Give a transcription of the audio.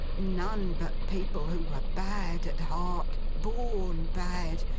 none but people who were bad at heart, born bad,